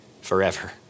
forever